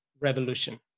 revolution